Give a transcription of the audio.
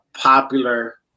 popular